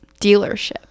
dealership